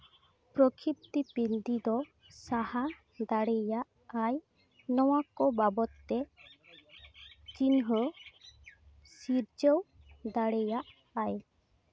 ᱯᱨᱚᱠᱷᱤᱯᱛᱤ ᱯᱤᱱᱫᱤ ᱫᱚ ᱥᱟᱦᱟ ᱫᱟᱲᱮᱭᱟᱜᱼᱟᱭ ᱱᱚᱣᱟ ᱠᱚ ᱵᱟᱵᱚᱫ ᱛᱮ ᱪᱤᱱᱦᱟᱹᱣ ᱥᱤᱨᱡᱟᱹᱣ ᱫᱟᱲᱮᱭᱟᱜᱼᱟᱭ